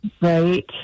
Right